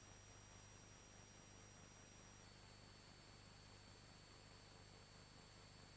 Grazie,